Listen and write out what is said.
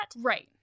right